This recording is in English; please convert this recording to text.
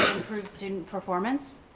improve student performance.